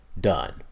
Done